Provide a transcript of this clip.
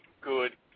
good